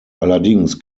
allerdings